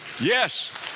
yes